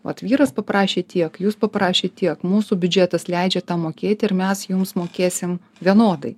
vat vyras paprašė tiek jūs paprašėt tiek mūsų biudžetas leidžia tą mokėti ir mes jums mokėsim vienodai